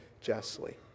justly